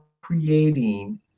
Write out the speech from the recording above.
creating